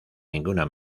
ninguna